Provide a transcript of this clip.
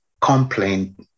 complaint